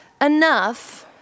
enough